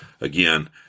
again